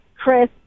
Chris